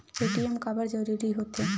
ATM काबर जरूरी हो थे?